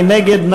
מי נגד?